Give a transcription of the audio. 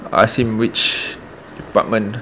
I seem which department